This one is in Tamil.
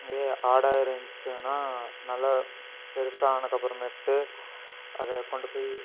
அதே ஆடாக இருந்துச்சுன்னா நல்லா பெருசாக ஆனதுக்கு அப்புறமேட்டு அதை கொண்டு போய்